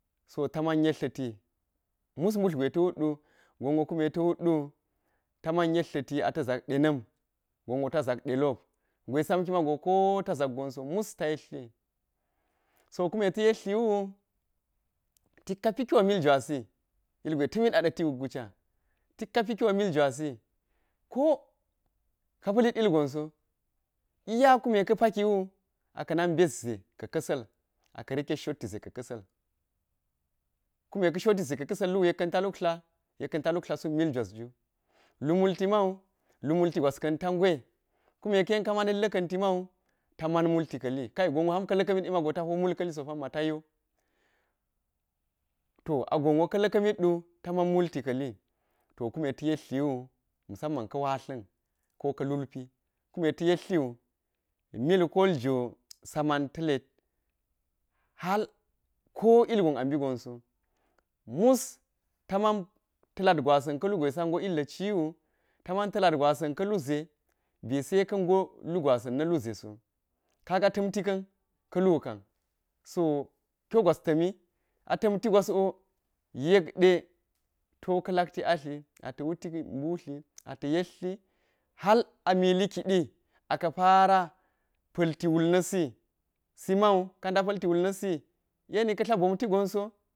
So ta man yetla̱ti mus mbutli ta̱ wut ɗu gon wo kume ta̱ wut ɗu ta man yetla̱ti ata̱ zak da na̱m gon wo ta zak de lop gwe samki maho koo ta zak gon so, mus ta yetli, so kume te yetli wu tak kapi kyo mil jwasi ilgwe ta̱mi ɗa ɗa̱ tiwu gu ca tik ka pi kyo mil jwasi ilgwe ta̱mi ɗa ɗa̱ tiwu gu ca tik ka pi kyo mil jwasi ko ka pa̱lit ilgonso iya kume ka̱ pakiwu aka nak bet ze ka̱ ka̱sa̱l aka̱ riket shottize ka̱ ka̱sa̱l, kume ka̱ shotitze ka̱ kasa̱l wu yek ka̱n ta laktla suk mil jwes ju lu multi man lu mult gwas ka̱n ta ngwe kume ka̱ yen ka man la̱ka̱n ti man ta man multi ka̱li kai gonwo kume ka̱ la̱ka̱ mit mago ta man multi ka̱li so ta yo, to a gon kume ka̱ la̱ka̱ mit wu ta man multi ka̱li, to kume ta̱ yetliwu musamma ka̱ watla̱n ko ka̱ lulpi kume ta̱ yektli wu mil kol jwo sa man ta̱ led hal ko llgon ambi gonso mus ta man ta̱ lad gwasa̱n ka̱ lu gwe sa bi illa̱ ciwu ta man ta̱ lad gwasa̱n ka̱ lu ze be se ka ngo lugwasan na̱ ze so kaga ta̱mti ka̱n ka̱ lu kam, so kyo gwas ta̱mi, a ta̱mti gwaswo yek de to ka̱ lakti atli ata̱ wutik mbutli ata̱ yetli hal a mili kiɗi aka̱ para pa̱lti wul na̱sisi mau ka nda pa̱ltiwul na̱si eni ka̱ tla bonti gonso